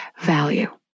value